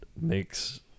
makes